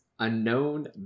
unknown